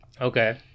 Okay